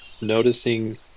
noticing